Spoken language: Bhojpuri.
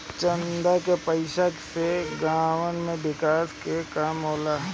चंदा के पईसा से गांव के विकास के काम होला